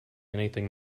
anything